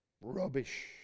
rubbish